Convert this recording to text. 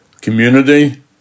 community